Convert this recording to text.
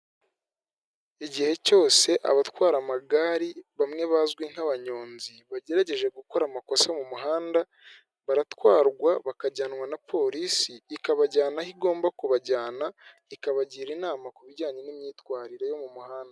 Igihe cyose abatwara amagare bamwe bazwi nk'abanyonzi bagerageje gukora amakosa mu muhanda, baratwarwa bakajyanwa na polisi ikabajyana aho igomba kubajyana ikabagira inama ku bijyanye n'imyitwarire yo mu muhanda.